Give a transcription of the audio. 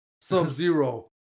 Sub-Zero